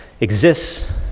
exists